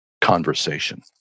conversation